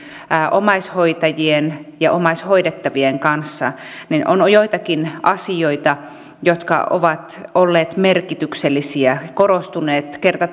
omaishoitajien ja omaishoidettavien kanssa on ollut joitakin asioita jotka ovat olleet merkityksellisiä korostuneet kerta